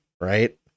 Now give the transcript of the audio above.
right